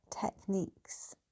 techniques